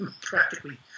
practically